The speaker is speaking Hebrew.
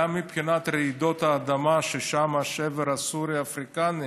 גם מבחינת רעידות האדמה, ששם השבר הסורי-אפריקני,